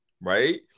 right